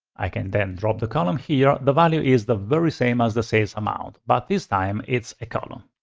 i can then drop the column here. the value is the very same as the sales amount but this time, it's a column.